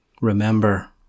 remember